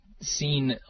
seen